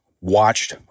watched